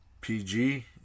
PG